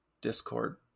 Discord